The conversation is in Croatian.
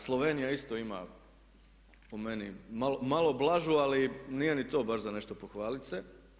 Slovenija isto ima po meni malo blažu ali nije ni to baš za nešto pohvaliti se.